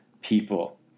people